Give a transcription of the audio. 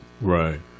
Right